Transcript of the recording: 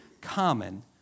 common